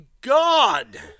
god